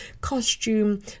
costume